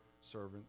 servant